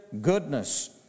goodness